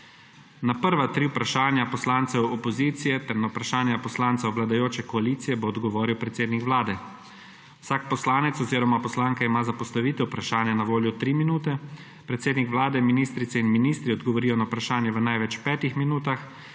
Na prva tri vprašanja poslancev opozicije ter na vprašanja poslancev vladajoče koalicije bo odgovoril predsednik Vlade. Vsak poslanec oziroma poslanka ima za postavitev vprašanja na voljo tri minute, predsednik Vlade, ministrice in ministri odgovorijo na vprašanje v največ petih minutah.